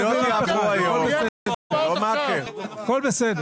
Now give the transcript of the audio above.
הכול בסדר.